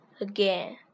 again